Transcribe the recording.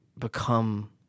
become